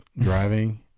driving